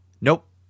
Nope